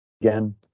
again